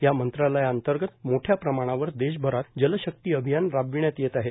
या मंत्रालया अंतर्गत मोठ्या प्रमाणावर देशभरात जलशक्ती अभियान राबविण्यात येत आहे